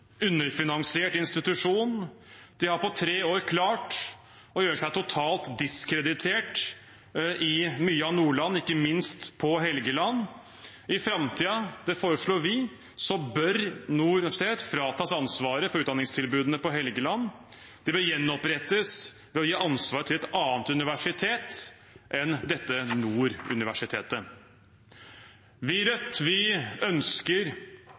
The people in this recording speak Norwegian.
underfinansiert institusjon. De har på tre år klart å gjøre seg totalt diskreditert i mye av Nordland, ikke minst på Helgeland. Vi foreslår at Nord universitet bør fratas ansvaret for utdanningstilbudene på Helgeland i framtiden. De bør gjenopprettes ved å gi ansvaret til et annet universitet enn Nord universitet. Vi i Rødt ønsker